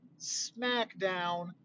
SmackDown